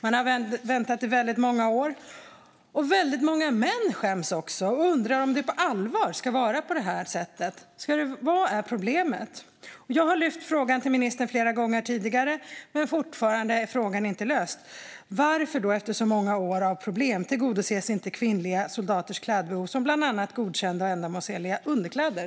Man har väntat i väldigt många år. Väldigt många män skäms också och undrar om det på allvar ska vara på detta sätt. Vad är problemet? Jag har lyft fram frågan till ministern flera gånger tidigare, men fortfarande är frågan inte löst. Varför - efter så många år av problem - tillgodoses inte kvinnliga soldaters klädbehov, bland annat godkända och ändamålsenliga underkläder?